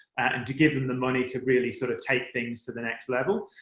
and to give them the money to really sort of take things to the next level.